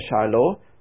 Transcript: Shiloh